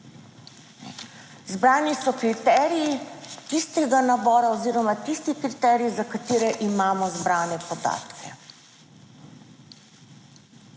Zbrani so kriteriji tistega nabora oziroma tisti kriteriji za katere imamo zbrane podatke.